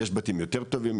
יש בתים יותר טובים,